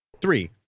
three